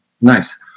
Nice